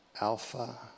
Alpha